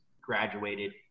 graduated